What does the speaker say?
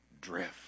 drift